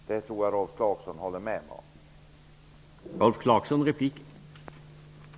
Det tror jag att Rolf Clarkson håller med mig om.